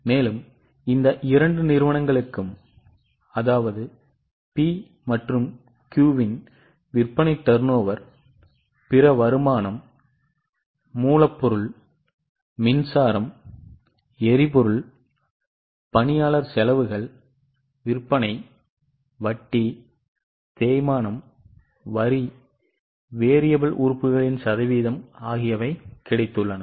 எனவே இந்த இரண்டு நிறுவனங்களுக்கும் அதாவது P மற்றும் Q வின் விற்பனை டர்னோவர் பிற வருமானம் மூலப்பொருள் மின்சாரம் எரிபொருள் பணியாளர் செலவுகள் விற்பனை வட்டி தேய்மானம் வரி மாறி உறுப்புகளின் சதவீதம் ஆகியவை கிடைத்துள்ளன